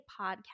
podcast